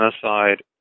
genocide